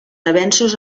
avenços